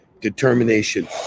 determination